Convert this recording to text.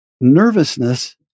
nervousness